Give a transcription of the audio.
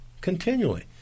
continually